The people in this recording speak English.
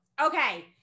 okay